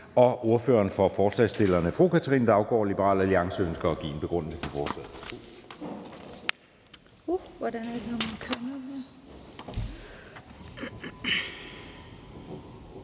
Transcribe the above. Ordføreren for forslagsstillerne, fru Katrine Daugaard, Liberal Alliance, ønsker at give en begrundelse for forslaget.